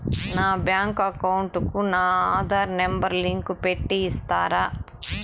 నా bank account కు నా ఆధార్ నెంబర్ లింకు పెట్టి ఇస్తారా?